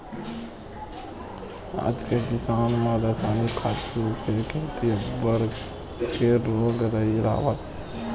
आज के किसानी म रसायनिक खातू के सेती अब्बड़ के रोग राई होवत हे